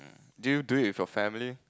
do you do it for family